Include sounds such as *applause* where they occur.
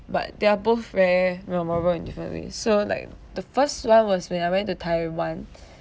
but they are both very memorable in different way so like the first [one] was when I went to taiwan *breath*